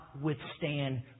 withstand